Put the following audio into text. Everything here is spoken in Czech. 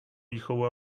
výchovu